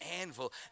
anvil